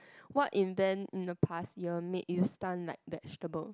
what in then in the past year make you stunned like vegetable